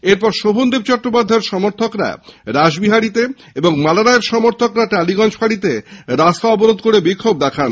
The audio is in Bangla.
এরপর শোভন দেব চট্টোপাধ্যায়ের সমর্থকরা রাসবিহারীতে এবং মালা রায়ের সমর্থকরা টালিগঞ্জ ফাঁড়িতে রাস্তা অবরোধ করে বিক্ষোভ দেখান